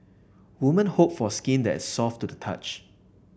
woman hope for skin that soft to the touch